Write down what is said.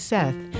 Seth